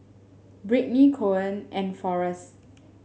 Britney Coen and Forest